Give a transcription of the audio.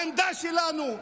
העמדה שלנו,